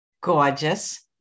Gorgeous